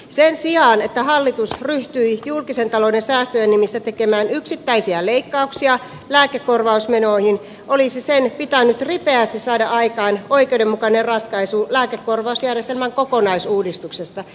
sen sijaan että hallitus ryhtyi julkisen talouden säästöjen nimissä tekemään yksittäisiä leikkauksia lääkekorvausmenoihin olisi sen pitänyt ripeästi saada aikaan oikeudenmukainen ratkaisu lääkekorvausjärjestelmän kokonaisuudistuksesta